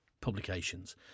publications